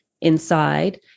inside